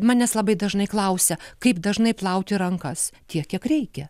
manęs labai dažnai klausia kaip dažnai plauti rankas tiek kiek reikia